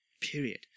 period